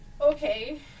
Okay